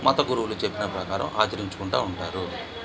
మత గురువులు చెప్పిన ప్రకారం ఆచరించుకుంటు ఉంటారు